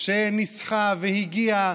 שניסחה והגיעה,